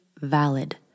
valid